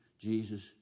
Jesus